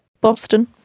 Boston